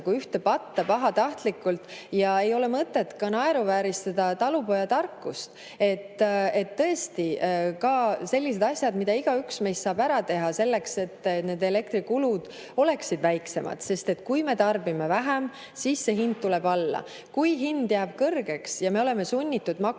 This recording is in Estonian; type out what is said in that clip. ühte patta ja ei ole mõtet ka naeruvääristada talupojatarkust. Tõesti, on ka sellised asjad, mida igaüks meist saab ära teha selleks, et elektrikulud oleksid väiksemad. Kui me tarbime vähem, siis hind tuleb alla. Kui hind jääb kõrgeks ja me oleme sunnitud maksma